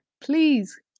please